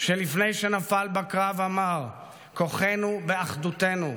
לפני שנפל בקרב אמר: "כוחנו באחדותנו.